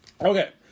Okay